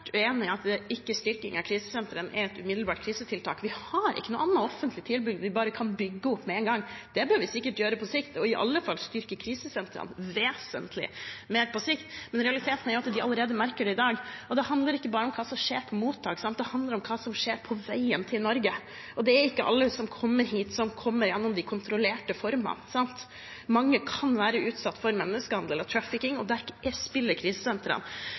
i at ikke styrking av krisesentrene er et umiddelbart krisetiltak. Vi har ikke noe annet offentlig tilbud som vi bare kan bygge opp med en gang. Det bør vi sikkert gjøre på sikt, og i alle fall styrke krisesentrene vesentlig mer på sikt, men realiteten er at de allerede merker det i dag. Det handler ikke bare om hva som skjer på mottak, det handler om hva som skjer på veien til Norge. Det er ikke alle som kommer hit som kommer gjennom de kontrollerte formene. Mange kan være utsatt for menneskehandel og trafficking, og da spiller krisesentrene